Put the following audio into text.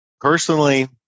Personally